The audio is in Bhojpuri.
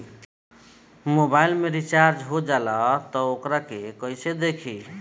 मोबाइल में रिचार्ज हो जाला त वोकरा के कइसे देखी?